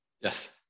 Yes